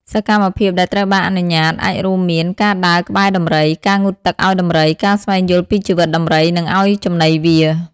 សកម្មភាពដែលត្រូវបានអនុញ្ញាតអាចរួមមាន ការដើរក្បែរដំរី ការងូតទឹកឲ្យដំរី ការស្វែងយល់ពីជីវិតដំរី និងឱ្យចំណីវា។